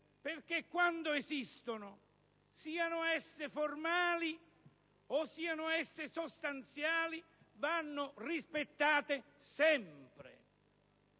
perché quando esistono, siano esse formali o sostanziali, vanno rispettate sempre.